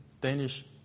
Danish